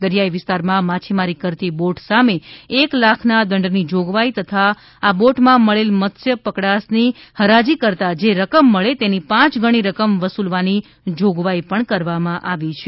દરિયાઈ વિસ્તારમાં માછીમારી કરતી બોટ સામે એક લાખના દંડની જોગવાઈ તથા આ બોટમાં મળેલ મત્સ્ય પકડાશની હરાજી કરતા જે રકમ મળે તેની પાંચ ગણી રકમ વસુલવાની જોગવાઈ પણ કરવામાં આવી છે